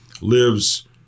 lives